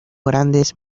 grandes